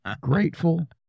grateful